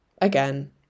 Again